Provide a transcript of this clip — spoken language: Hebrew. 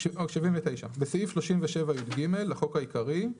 בסעיף 37יג לחוק העיקרי,